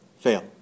Fail